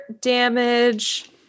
damage